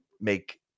make